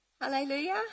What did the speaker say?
Hallelujah